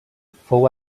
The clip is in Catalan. fou